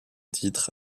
titre